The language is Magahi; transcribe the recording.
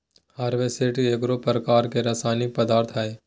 हर्बिसाइड एगो प्रकार के रासायनिक पदार्थ हई